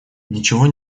ничего